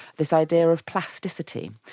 this idea of plasticity,